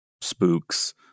spooks